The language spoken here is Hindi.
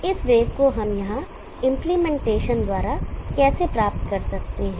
इस वेव को हम यहां इंप्लीमेंटेशन द्वारा कैसे प्राप्त कर सकते हैं